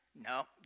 No